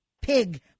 pig